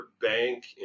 bank